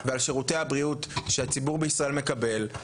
הציבור ועל שירותי הבריאות שהציבור בישראל מקבל,